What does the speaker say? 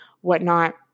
whatnot